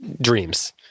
Dreams